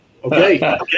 Okay